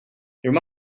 there